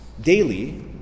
daily